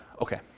Okay